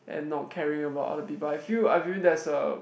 and not caring about other people I feel I feel there's a